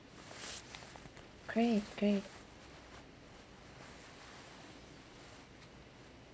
great great